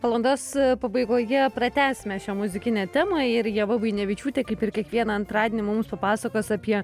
valandos pabaigoje pratęsime šią muzikinę temą ir ieva buinevičiūtė kaip ir kiekvieną antradienį mums papasakos apie